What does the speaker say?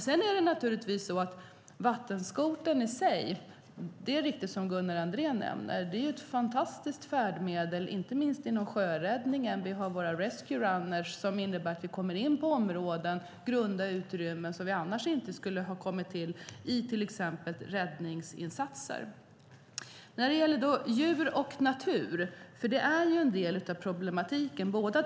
Sedan är det naturligtvis så att vattenskotern i sig är ett fantastiskt färdmedel, som Gunnar Andrén nämner, inte minst inom sjöräddningen. Vi har våra rescue runners, som innebär att vi kommer in i grunda områden som vi annars inte skulle ha kommit in i, till exempel vid räddningsinsatser. Djur och natur är en del av problematiken.